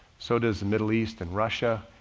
so does the middle east and russia